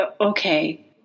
Okay